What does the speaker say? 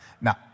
now